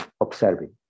observing